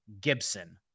Gibson